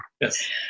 Yes